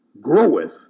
groweth